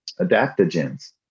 adaptogens